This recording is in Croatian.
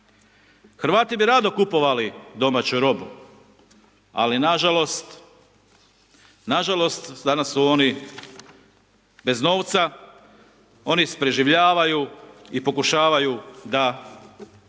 Hrvati bi rado kupovali domaću robu, ali nažalost, nažalost danas su oni bez novca, oni preživljavaju, i pokušavaju da